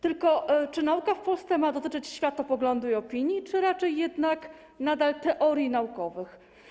Tylko czy nauka w Polsce ma dotyczyć światopoglądu i opinii, czy raczej jednak nadal teorii naukowych?